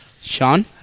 Sean